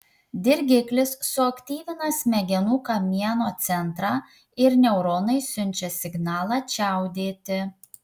dirgiklis suaktyvina smegenų kamieno centrą ir neuronai siunčia signalą čiaudėti